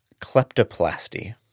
kleptoplasty